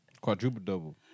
Quadruple-double